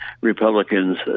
Republicans